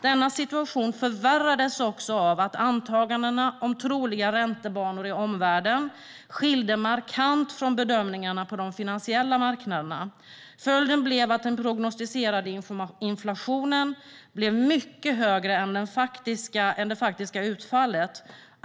Denna situation förvärrades av också av att antagandena om troliga räntebanor i omvärlden skilde sig markant från bedömningarna på de finansiella marknaderna. Följden blev att den prognostiserade inflationen blev mycket högre än det faktiska utfallet.